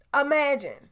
imagine